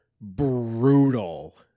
brutal